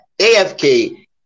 AFK